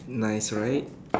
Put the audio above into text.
nice right